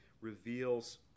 reveals